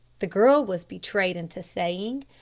the girl was betrayed into saying.